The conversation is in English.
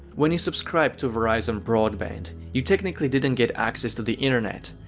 when you subscribe to verizon broadband, you technically didn't get access to the internet.